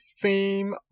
theme